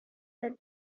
that